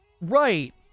right